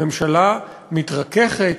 הממשלה מתרככת,